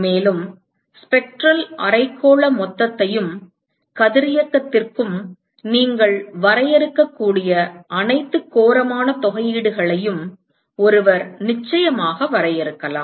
மேலும் ஸ்பெக்ட்ரல் அரைக்கோள மொத்தத்தையும் கதிரியக்கத்திற்கும் நீங்கள் வரையறுக்கக்கூடிய அனைத்து கோரமான தொகையீடுகளையும் ஒருவர் நிச்சயமாக வரையறுக்கலாம்